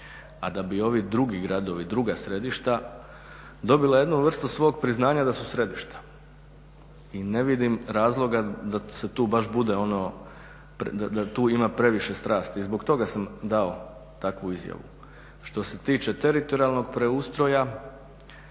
a da bi ovi drugi gradovi, druga središta dobila jednu vrstu svog priznanja da su središta i ne vidim razloga da se tu baš bude ono da tu ima previše strasti i zbog toga sam dao takvu izjavu. Što se tiče teritorijalnog preustroja